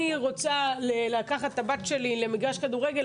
אני רוצה לקחת את הבת שלי למגרש כדורגל,